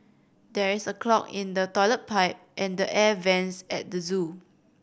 there is a clog in the toilet pipe and the air vents at the zoo